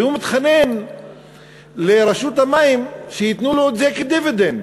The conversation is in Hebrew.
והוא מתחנן לרשות המים שייתנו לו את זה כדיבידנד.